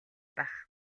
байх